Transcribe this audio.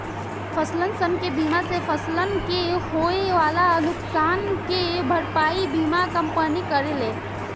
फसलसन के बीमा से फसलन के होए वाला नुकसान के भरपाई बीमा कंपनी करेले